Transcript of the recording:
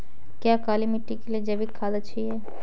क्या काली मिट्टी के लिए जैविक खाद अच्छी है?